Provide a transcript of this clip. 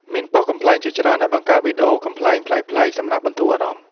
មានប៉ុស្តិ៍កំប្លែងជាច្រើនដែលបង្កើតវីដេអូកំប្លែង ប្លែកៗ សម្រាប់បន្ធូរអារម្មណ៍។